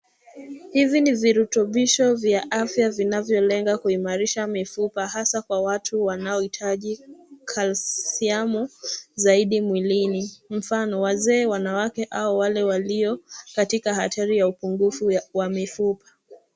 Hivi ni virutubisho vya afya vinavyo lenga kuimarisha mifupa hasa kwa watu wanao hitaji calcium zaidi mwilini mfano wazee wanawake au wale walio katika hatari ya upungufu wa mifupa.